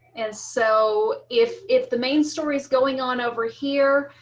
and so if if the main stories going on over here.